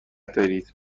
دارید